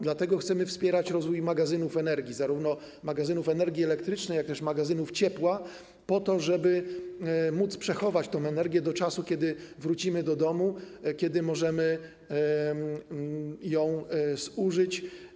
Dlatego chcemy wspierać rozwój magazynów energii, zarówno magazynów energii elektrycznej, jak też magazynów ciepła, po to żeby móc przechować tę energię do czasu, kiedy wrócimy do domu, kiedy będziemy mogli ją zużyć.